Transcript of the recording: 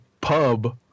pub